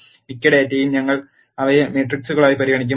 മിക്ക ഡാറ്റയും ഞങ്ങൾ അവയെ മെട്രിക്സുകളായി പരിഗണിക്കും